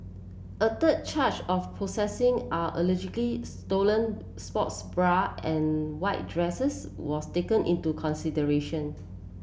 a third charge of possessing are stolen sports bra and white dresses was taken into consideration